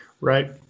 Right